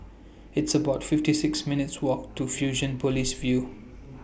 It's about fifty six minutes' Walk to Fusionopolis View